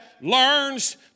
learns